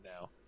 now